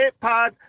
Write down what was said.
Pod